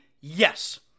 Yes